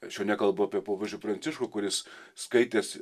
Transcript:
aš jau nekalbu apie popiežių pranciškų kuris skaitęs